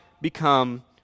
become